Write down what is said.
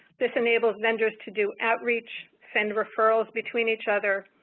this enables vendors to do outreach, send referrals between each other,